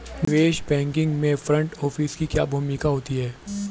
निवेश बैंकिंग में front office की क्या भूमिका होती है?